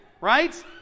right